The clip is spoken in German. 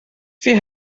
wir